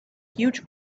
huge